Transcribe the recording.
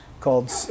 called